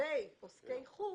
לגבי עוסקי חוץ